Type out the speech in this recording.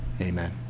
Amen